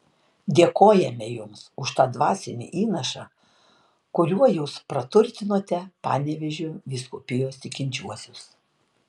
dėkojame jums už tą dvasinį įnašą kuriuo jūs praturtinote panevėžio vyskupijos tikinčiuosius